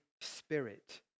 Spirit